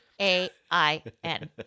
A-I-N